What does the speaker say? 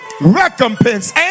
recompense